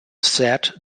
said